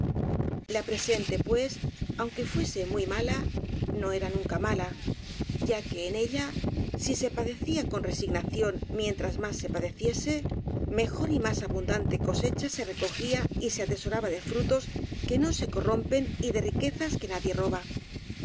la presente pues aunque fuese muy mala no era nunca mala ya que en ella si se padecía con resignación mien tras más se padeciese mejor y más abundante co secha se recogía y se atesoraba de frutos que no se corrompen y de riquezas que nadie roba